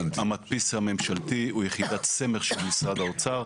המדפיס הממשלתי הוא יחידת סמך של משרד האוצר.